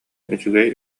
үчүгэй